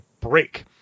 break